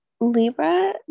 Libra